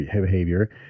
behavior